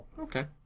okay